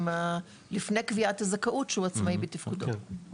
לפני קביעת הזכאות שהוא עצמאי בתפקודו.